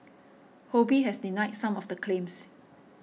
Ho Bee has denied some of the claims